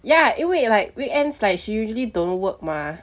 ya 因为 like weekends like she usually don't work mah